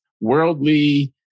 worldly